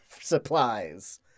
supplies